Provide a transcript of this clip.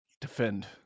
defend